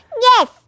Yes